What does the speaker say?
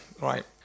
right